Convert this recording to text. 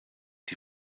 die